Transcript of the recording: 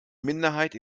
minderheit